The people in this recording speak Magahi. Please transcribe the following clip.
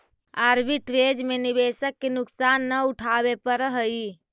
आर्बिट्रेज में निवेशक के नुकसान न उठावे पड़ऽ है